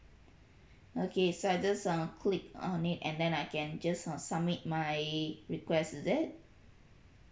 okay so I just uh click on it and then I can just uh submit my request is it